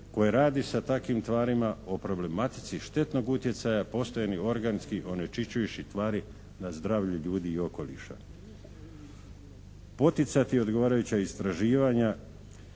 koje radi sa takvim tvarima o problematici štetnog utjecaja postojanih organskih onečišćujućih tvari na zdravlju ljudi i okoliša. Poticati odgovarajuća istraživanja,